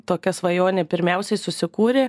tokia svajonė pirmiausiai susikūrė